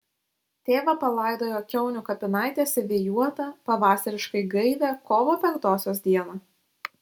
tėvą palaidojo kiaunių kapinaitėse vėjuotą pavasariškai gaivią kovo penktosios dieną